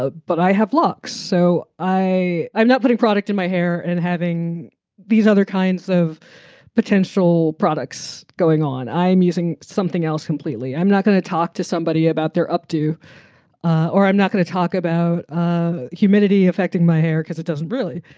ah but i have looks. so i i'm not putting product in my hair and having these other kinds of potential products going on. i am using something else completely. i'm not going to talk to somebody about their up to or i'm not going to talk about ah humidity affecting my hair because it doesn't really.